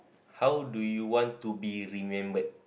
how do you want to be remembered